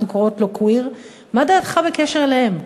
קוראות לו "קוויר" מה דעתך בקשר אליהם?